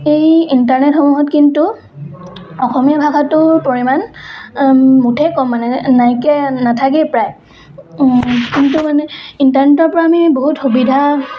এই ইন্টাৰনেটসমূহত কিন্তু অসমীয়া ভাষাটোৰ পৰিমাণ মুঠেই ক'ম মানে নাইকীয়াই নাথাকেই প্ৰায় কিন্তু মানে ইণ্টাৰনেটৰ পৰা আমি বহুত সুবিধা